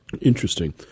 Interesting